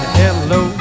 hello